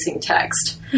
text